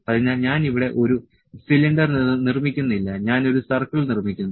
അതിനാൽ ഞാൻ ഇവിടെ ഒരു സിലിണ്ടർ നിർമ്മിക്കുന്നില്ല ഞാൻ ഒരു സർക്കിൾ നിർമ്മിക്കുന്നു